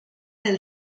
del